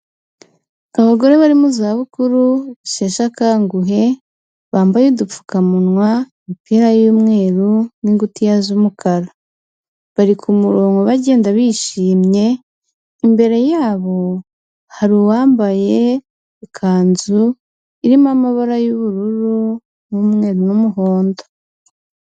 Abagore bari mu zabukuru sheshekanguhe bambaye udupfukamunwa imipira y'umweru n'ingutiya z'umukara bari ku murongo bagenda bishimye imbere yabo hari uwambaye ikanzu irimo amabara y'ubururu n'umweru n'umuhondo